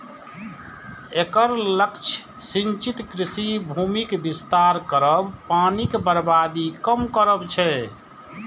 एकर लक्ष्य सिंचित कृषि भूमिक विस्तार करब, पानिक बर्बादी कम करब छै